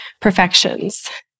perfections